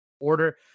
order